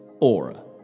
Aura